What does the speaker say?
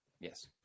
yes